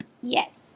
Yes